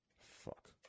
Fuck